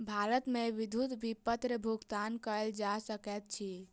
भारत मे विद्युत विपत्र भुगतान कयल जा सकैत अछि